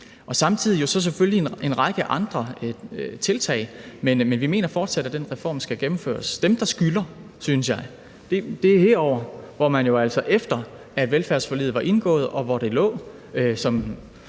er der jo så selvfølgelig en række andre tiltag, men vi mener fortsat, at den reform skal gennemføres. Dem, der skylder – synes jeg – er herovre, hvor det jo altså, efter at velfærdsforliget var indgået, lå som